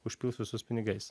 užpils visus pinigais